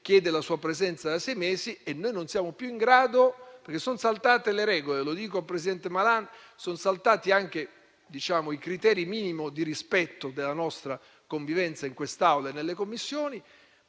chiede la sua presenza da sei mesi e noi non siamo più in grado, perché son saltate le regole - lo dico al presidente Malan - e sono saltati anche i criteri minimi di rispetto della nostra convivenza in quest'Aula e nelle Commissioni.